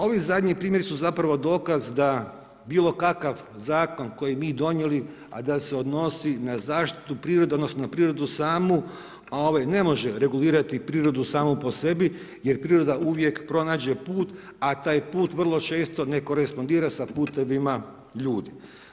Ovi zadnji primjeri su zapravo dokaz da bilo kakav zakon koji mi donijeli, a da se odnosi na zaštitu prirode odnosno na prirodu samu ne može regulirati prirodu samu po sebi jer priroda uvijek pronađe put, a taj put vrlo često ne korespondira sa putevima ljudi.